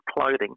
clothing